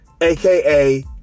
aka